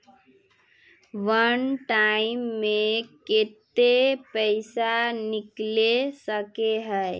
वन time मैं केते पैसा निकले सके है?